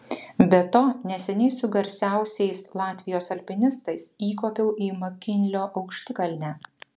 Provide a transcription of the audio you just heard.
be to neseniai su garsiausiais latvijos alpinistais įkopiau į makinlio aukštikalnę